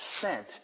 sent